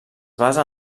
basa